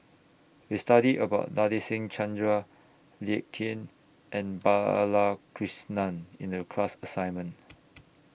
We studied about Nadasen Chandra Lee Ek Tieng and Balakrishnan in The class assignment